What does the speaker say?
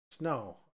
no